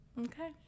okay